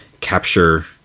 capture